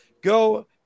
go